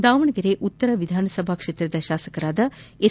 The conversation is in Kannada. ದಾವಣಗೆರೆ ಉತ್ತರ ವಿಧಾನಸಭಾ ಕ್ಷೇತ್ರದ ಶಾಸಕ ಎಸ್